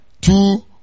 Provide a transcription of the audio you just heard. two